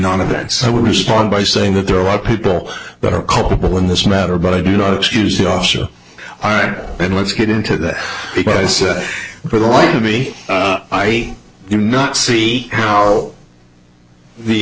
none of that so we respond by saying that there are a lot of people that are culpable in this matter but i do not excuse the officer i am and let's get into that because for the life of me i do not see how the